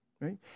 Right